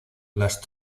las